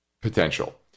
potential